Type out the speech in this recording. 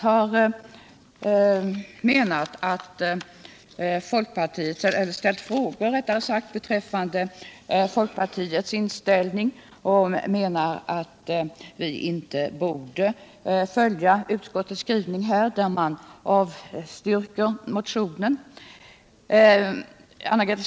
Anna-Greta Skantz frågade om folkpartiets inställning och anser att vi inte borde följa utskottets skrivning, som innebär ett avstyrkande av motionen.